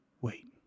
Wait